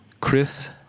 chris